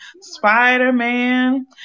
Spider-Man